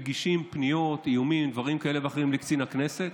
מגישים פניות על איומים ודברים כאלה ואחרים לקצין הכנסת,